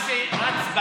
מה שרץ ברשת,